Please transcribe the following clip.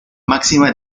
máxima